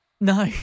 No